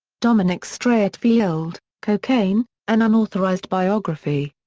dominic streatfeild, cocaine an unauthorized biography.